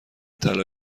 طلا